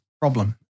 problem